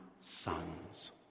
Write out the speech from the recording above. sons